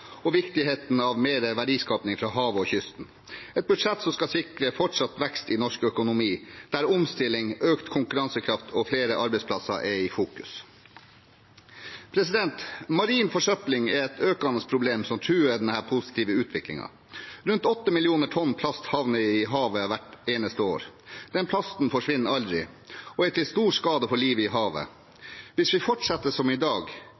og viktigheten av mer verdiskaping fra havet og kysten – et budsjett som skal sikre fortsatt vekst i norsk økonomi, der omstilling, økt konkurransekraft og flere arbeidsplasser er i fokus. Marin forsøpling er et økende problem som truer denne positive utviklingen. Rundt 8 millioner tonn plast havner i havet hvert eneste år. Den plasten forsvinner aldri og er til stor skade for livet i havet. Hvis vi fortsetter som i dag,